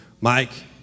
Mike